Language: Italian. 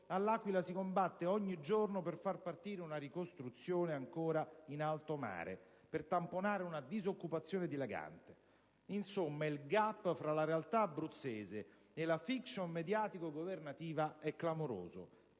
all'Aquila si combatte ogni giorno per far partire una ricostruzione ancora in alto mare, per tamponare una disoccupazione dilagante. Insomma, il *gap* fra la realtà abruzzese e la *fiction* mediatico-governativa è clamoroso,